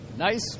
nice